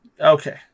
Okay